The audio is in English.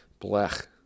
Blech